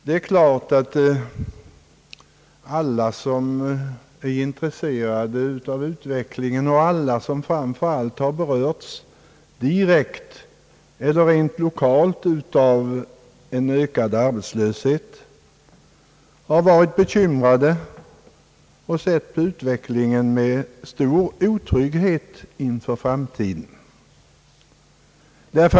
Det är givet att alla som är intresserade av utvecklingen och framför allt alla som har berörts direkt eller mera lokalt av en ökad arbetslöshet varit bekymrade och sett på utvecklingen med en känsla av stor otrygghet inför framtiden.